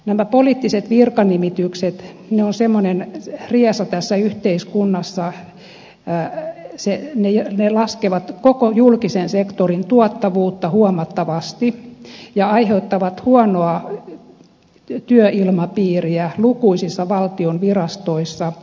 nämä poliittiset virkanimitykset ovat semmoinen riesa tässä yhteiskunnassa että ne laskevat koko julkisen sektorin tuottavuutta huomattavasti ja aiheuttavat huonoa työilmapiiriä lukuisissa valtion virastoissa